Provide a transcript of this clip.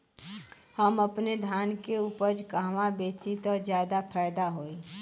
हम अपने धान के उपज कहवा बेंचि त ज्यादा फैदा होई?